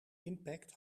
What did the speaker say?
impact